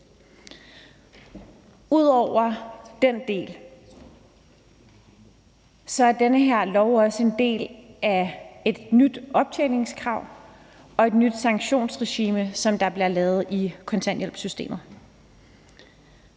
Udover den del er den her lov også en del af et nyt optjeningskrav og et nyt sanktionsregime i kontanthjælpssystemet.